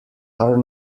are